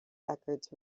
records